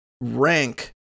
rank